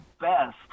best